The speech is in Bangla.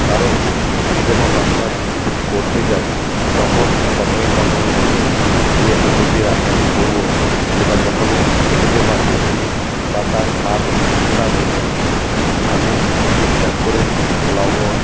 কারণ আমি যখন রান্নার রেসিপিটি করতে যাই তখন প্রথমেই মনে হয়েছিলো যে আমি যে রান্নাটি করবো সেটা সকলে খেতে পারবে কি না বা তার স্বাদ বিস্বাদ হয়ে যাবে কি না আমি ঠিকঠাক করে লবণ